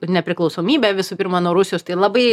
nepriklausomybę visų pirma nuo rusijos tai labai